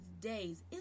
days